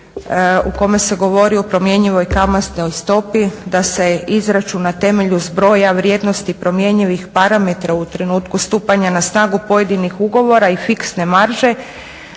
u kome se govori o promjenjivoj kamatnoj stopi, da se izračun na temelju zbroja vrijednosti promjenjivih parametara u trenutku stupanja na snagu pojedinih ugovora i fiksne marže,